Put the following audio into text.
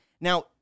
Now